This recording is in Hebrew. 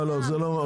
לא.